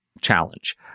challenge